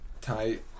Tight